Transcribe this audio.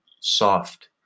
soft